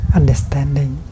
understanding